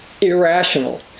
irrational